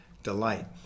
Delight